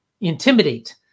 intimidate